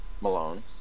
Malone